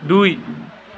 দুই